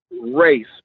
race